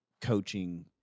coaching